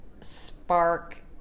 spark